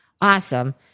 Awesome